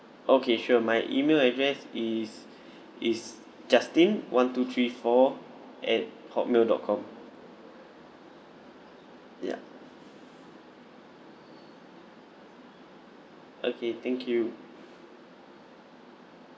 okay sure my email address is is justin one two three four at hotmail dot com ya okay thank you